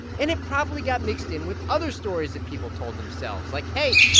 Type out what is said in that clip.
and it probably got mixed in with other stories that people told themselves, like, hey,